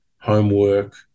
homework